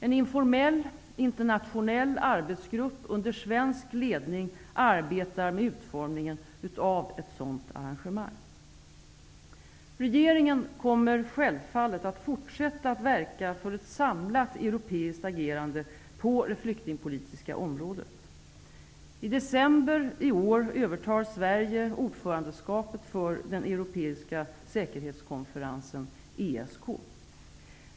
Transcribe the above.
En informell internationell arbetsgrupp under svensk ledning arbetar med utformningen av ett sådant arrangemang. Regeringen kommer självfallet att fortsätta att verka för ett samlat europeiskt agerande på det flyktingpolitiska området. I december i år övertar Sverige ordförandeskapet för den europeiska säkerhetskonferensen, ESK.